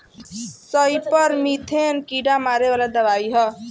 सईपर methane कीड़ा मारे वाला दवाई ह